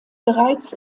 bereits